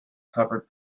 covered